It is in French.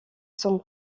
sont